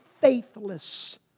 faithless